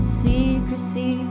secrecy